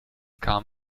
kam